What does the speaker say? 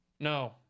No